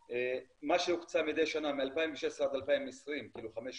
מה שהוקצה מדי שנה, מ-2016 עד 2020, חמש שנים,